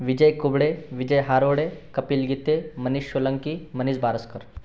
Vijay Kubade Vijay Harwade Kapil Gite Manish Solanki Manish Baraskar